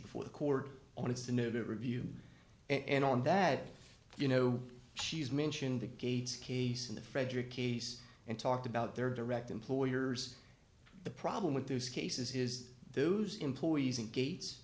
before the court on it's the no that review and on that you know she's mentioned the gates case in the frederick case and talked about their direct employers the problem with those cases is those employees and gates